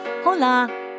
Hola